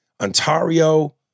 Ontario